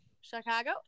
Chicago